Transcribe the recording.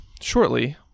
shortly